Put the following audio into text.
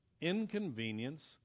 inconvenience